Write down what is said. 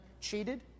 cheated